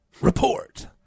Report